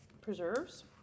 preserves